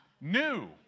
new